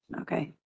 Okay